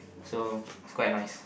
so it's quite nice